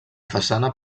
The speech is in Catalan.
façana